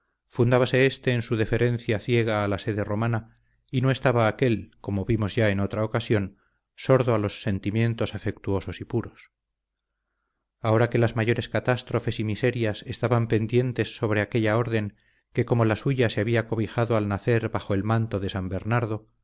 vivo fundábase éste en su deferencia ciega a la sede romana y no estaba aquél como vimos ya en otra ocasión sordo a los sentimientos afectuosos y puros ahora que las mayores catástrofes y miserias estaban pendientes sobre aquella orden que como la suya se había cobijado al nacer bajo el manto de san bernardo